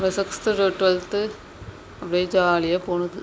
sixth to twelfth அப்டியே ஜாலியாக போனது